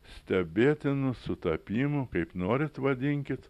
stebėtinų sutapimų kaip norit vadinkit